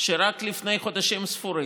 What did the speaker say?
שרק לפני חודשים ספורים,